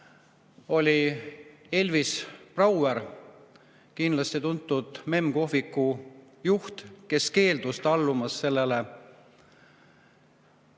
–, Elvis Brauer, kindlasti tuntud kui MÉM kohviku juht, kes keeldus allumast sellele